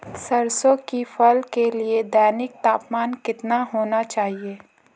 सरसों की फसल के लिए दैनिक तापमान कितना होना चाहिए?